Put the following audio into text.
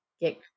get